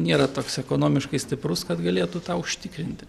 nėra toks ekonomiškai stiprus kad galėtų tą užtikrinti